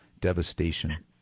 devastation